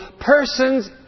persons